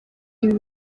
ibi